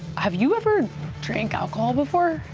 have you ever drank alcohol before?